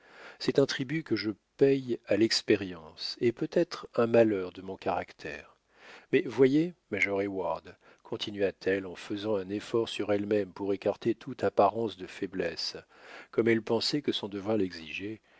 c'est un tribut que je paie à l'expérience et peut-être un malheur de mon caractère mais voyez major heyward continua-t-elle en faisant un effort sur elle-même pour écarter toute apparence de faiblesse comme elle pensait que son devoir l'exigeait